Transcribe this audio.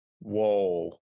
whoa